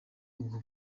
ubwo